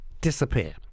disappear